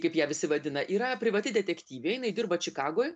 kaip ją visi vadina yra privati detektyvė jinai dirba čikagoj